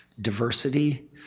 diversity